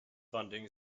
funding